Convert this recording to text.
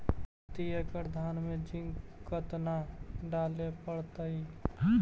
प्रती एकड़ धान मे जिंक कतना डाले पड़ताई?